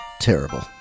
terrible